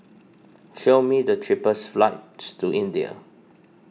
show me the cheapest flights to India